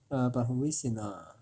err but 很危险啦